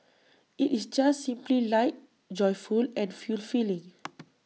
IT is just simply light joyful and fulfilling